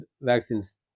vaccines